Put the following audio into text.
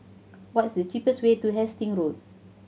what is the cheapest way to Hastings Road